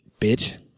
bitch